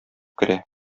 керә